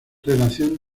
relación